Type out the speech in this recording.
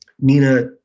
Nina